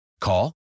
Call